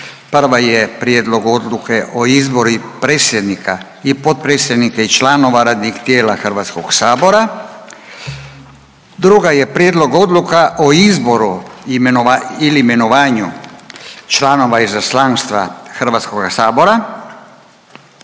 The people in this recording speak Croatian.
Prva je Prijedlog odluke o izboru predsjednika i potpredsjednika i članova radnih tijela Hrvatskog sabora. Druga je Prijedlog odluka o izboru ili imenovanju članova izaslanstva Hrvatskoga sabora.